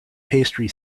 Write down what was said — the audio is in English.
pastry